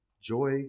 Joy